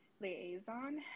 liaison